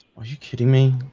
are you kidding me?